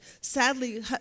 Sadly